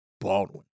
Baldwin